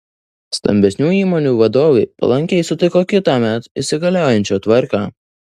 stambesnių įmonių vadovai palankiai sutiko kitąmet įsigaliosiančią tvarką